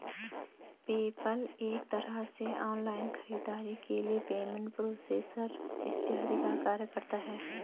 PayPal एक तरह से ऑनलाइन खरीदारी के लिए पेमेंट प्रोसेसर इत्यादि का कार्य करता है